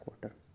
quarter